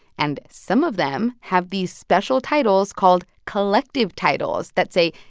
and some of them have these special titles called collective titles that say,